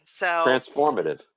Transformative